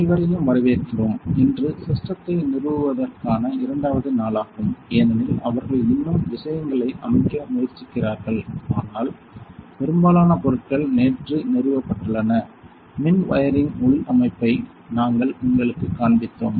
அனைவரையும் வரவேற்கிறோம் இன்று சிஸ்டத்தை நிறுவுவதற்கான இரண்டாவது நாளாகும் ஏனெனில் அவர்கள் இன்னும் விஷயங்களை அமைக்க முயற்சிக்கிறார்கள் ஆனால் பெரும்பாலான பொருட்கள் நேற்று நிறுவப்பட்டுள்ளன மின் வயரிங் உள் அமைப்பை நாங்கள் உங்களுக்குக் காண்பித்தோம்